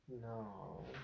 No